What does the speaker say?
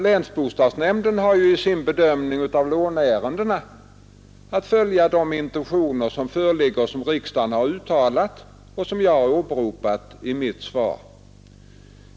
Länsbostadsnämnden har ju i sin bedömning av låneärendena att följa de intentioner som riksdagen uttalat och som jag har åberopat i mitt svar.